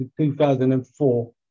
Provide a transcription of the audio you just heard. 2004